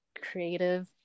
creative